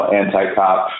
anti-cop